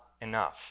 enough